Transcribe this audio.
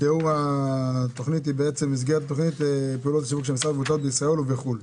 תיאור התוכנית היא פעולות שהמשרד עושה בארץ ובחו"ל.